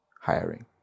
hiring